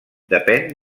depèn